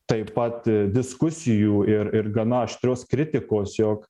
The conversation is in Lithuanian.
taip pat diskusijų ir ir gana aštrios kritikos jog